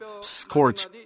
scorch